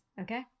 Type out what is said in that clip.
Okay